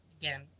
again